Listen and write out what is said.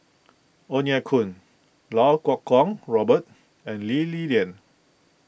Ong Ye Kung Lau Kuo Kwong Robert and Lee Li Lian